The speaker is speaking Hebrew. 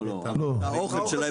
את האוכל שלהם